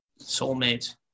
soulmate